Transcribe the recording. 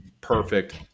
Perfect